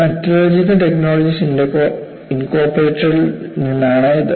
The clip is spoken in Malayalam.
മെറ്റലർജിക്കൽ ടെക്നോളജീസ് ഇൻകോർപ്പറേറ്റഡ് ഇൽ നിന്നാണ് ഇത്